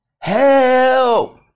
help